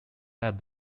have